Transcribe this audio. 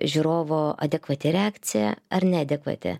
žiūrovo adekvati reakcija ar neadekvati